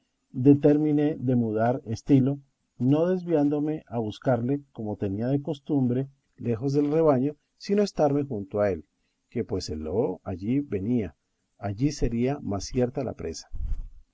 determiné de mudar estilo no desviándome a buscarle como tenía de costumbre lejos del rebaño sino estarme junto a él que pues el lobo allí venía allí sería más cierta la presa